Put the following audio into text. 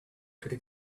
could